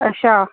अच्छा